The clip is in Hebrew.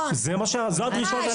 זאת הדרישה.